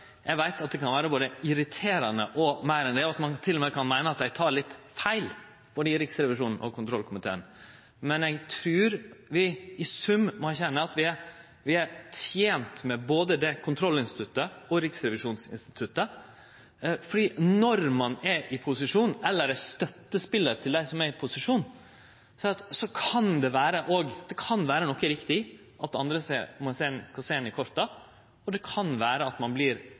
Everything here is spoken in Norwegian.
eg veit at det kan vere både irriterande – og meir enn det – og at ein til og med kan meine at dei tek litt feil både i Riksrevisjonen og i kontrollkomiteen. Men eg trur vi – i sum – må erkjenne at vi er tente med å ha både kontrollinstituttet og riksrevisjonsinstituttet. For når ein er i posisjon, eller er støttespelar til dei som er i posisjon, kan det vere noko riktig i at andre skal sjå ein i korta, og det kan vere at ein